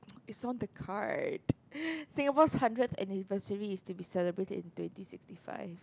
is on the card Singapore's hundred anniversary is to be celebrated in twenty sixty five